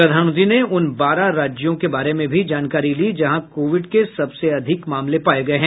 प्रधानमंत्री ने उन बारह राज्यों के बारे में भी जानकारी ली जहां कोविड के सबसे अधिक मामले पाये गये हैं